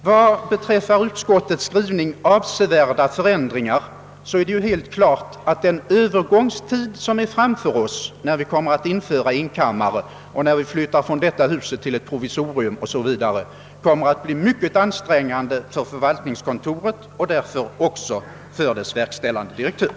Vad beträffar ordet avsevärt i utskottets skrivning är det helt klart att den övergångstid, som vi har framför oss när vi kommer att införa enkammarriksdag och flytta från detta hus till ett provisorium, kommer att bli mycket ansträngande för förvaltningskontoret och därmed också för dess verkställande direktör.